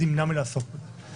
הייתי יכול לומר שאני מסתפק בדבריך.